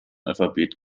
alphabet